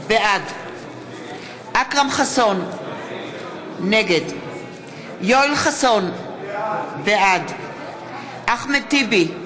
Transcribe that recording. בעד אכרם חסון, נגד יואל חסון, בעד אחמד טיבי,